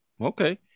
Okay